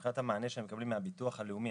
המענה שהם מקבלים מהביטוח הלאומי,